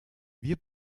wir